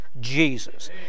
Jesus